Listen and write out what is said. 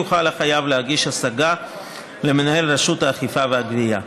יוכל החייב להגיש השגה למנהל רשות האכיפה והגבייה.